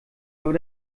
aber